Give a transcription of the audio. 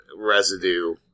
residue